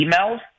emails